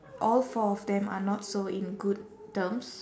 all four of them are not so in good terms